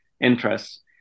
interests